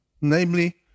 namely